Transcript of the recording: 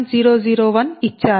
001ఇచ్చారు